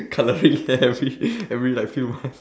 colouring hair every every like few month